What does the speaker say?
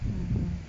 mmhmm